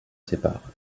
sépare